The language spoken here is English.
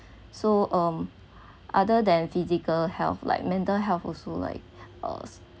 so um other than physical health like mental health also like uh